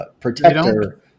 Protector